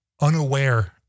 unaware